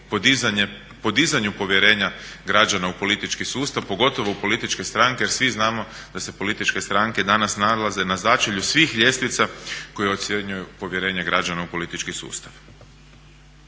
podizanju povjerenja građana u politički sustav pogotovo u političke stranke jer svi znamo da se političke stranke danas nalaze na začelju svih ljestvica koje ocjenjuju povjerenje građana u politički sustav.